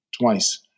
twice